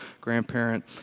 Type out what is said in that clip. grandparent